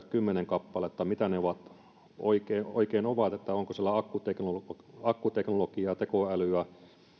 kymmenen kappaletta mitä ne oikein oikein ovat onko siellä akkuteknologiaa akkuteknologiaa tekoälyä